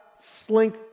slink